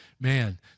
Man